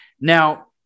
Now